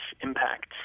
impact